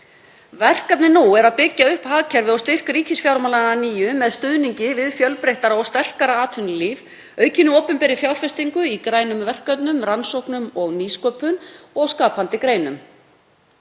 Verkefnið nú er að byggja upp hagkerfið og styrk ríkisfjármálanna að nýju með stuðningi við fjölbreyttara og sterkara atvinnulíf, aukinni opinberri fjárfestingu í grænum verkefnum, rannsóknum og nýsköpun og skapandi greinum.